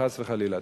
חס וחלילה.